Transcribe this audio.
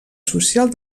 social